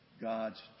God's